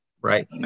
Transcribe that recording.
right